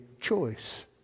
choice